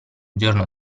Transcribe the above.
giorno